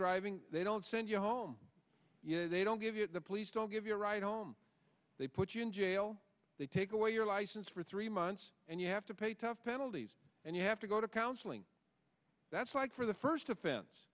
driving they don't send you home they don't give you the police don't give you a ride home they put you in jail they take away your license for three months and you have to pay tough penalties and you have to go to counseling that's like for the first offense